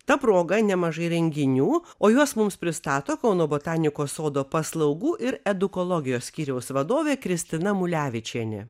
ta proga nemažai renginių o juos mums pristato kauno botanikos sodo paslaugų ir edukologijos skyriaus vadovė kristina mulevičienė